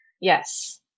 Yes